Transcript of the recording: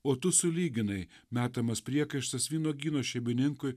o tu sulyginai metamas priekaištas vynuogyno šeimininkui